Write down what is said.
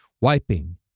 Wiping